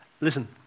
Listen